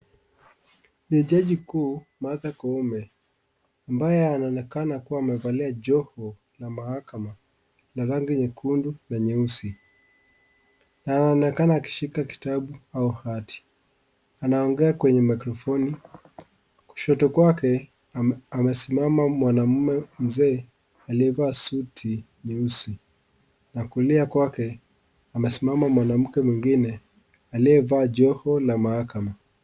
Ni jaji kuu Martha Koome ambaye ameonekana kuwa amevalia joho la mahakama ya rangi nyekundu na nyeusi na anaonekana akishika kitabu au hati anaongea kwenuye makrofoni kushoto kwake amesimama mwanaume mzee aliyevaa suti nyeusi na kulia kwake amesimama mwanamke mwinginne aliyevaa joho la mahakama.